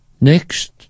Next